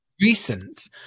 Recent